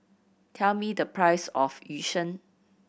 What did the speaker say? tell me the price of Yu Sheng